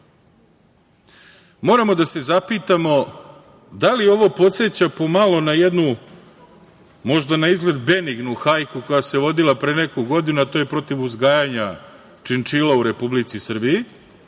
da se zapitamo da li ovo podseća pomalo na jednu, možda na izgled benignu hajku koja se vodila pre neku godinu, a to je protiv uzgajanja činčila u Republici Srbiji.